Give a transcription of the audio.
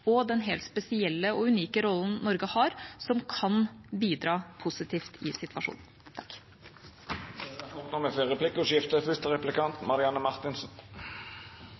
og den helt spesielle og unike rollen Norge har, som kan bidra positivt i situasjonen.